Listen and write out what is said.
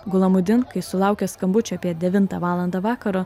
gulamudin kai sulaukė skambučio apie devintą valandą vakaro